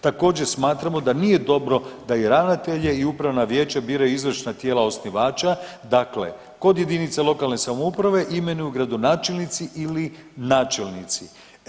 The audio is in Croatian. Također smatramo da nije dobro da i ravnatelje i upravna vijeća biraju izvršna tijela osnivača, dakle kod jedinice lokalne samouprave imenuju gradonačelnici ili načelnici.